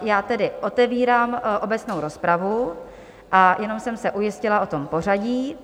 Já tedy otevírám obecnou rozpravu a jenom jsem se ujistila o tom pořadí.